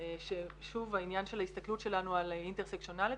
ששוב העניין של ההסתכלות שלנו על intersectionality,